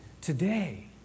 today